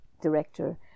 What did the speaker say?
director